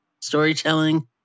storytelling